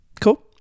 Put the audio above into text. cool